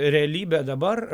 realybę dabar